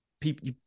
people